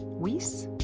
weese?